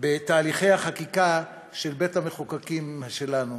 בתהליכי החקיקה של בית-המחוקקים שלנו,